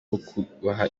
ukubaha